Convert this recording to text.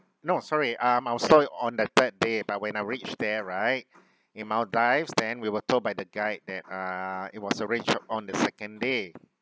no sorry um I was sorry on the third day but when I reached there right in maldives then we were told by the guide that uh it was arranged on the second day